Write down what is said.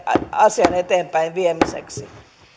asian eteenpäinviemiseksi